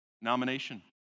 nomination